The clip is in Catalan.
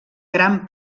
gran